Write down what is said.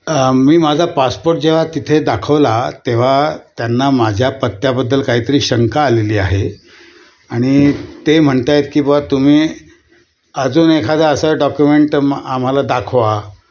मी माझा पासपोर्ट जेव्हा तिथे दाखवला तेव्हा त्यांना माझ्या पत्त्याबद्दल काहीतरी शंका आलेली आहे आणि ते म्हणत आहेत की बॉ तुम्ही अजून एखादा असा डॉक्युमेंट म आम्हाला दाखवा